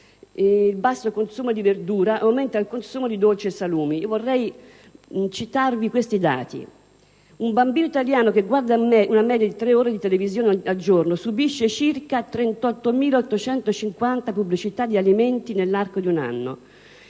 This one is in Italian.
già basso consumo di verdura e aumenta il consumo di dolci e salumi. Vorrei citarvi i seguenti questi dati: un bambino italiano che guarda una media di tre ore di televisione al giorno subisce circa 32.850 pubblicità di alimenti nell'arco di un anno;